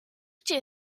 gdzie